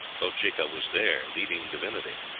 bochica was their leading divinity.